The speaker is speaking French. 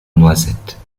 noisette